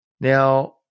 Now